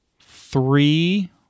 three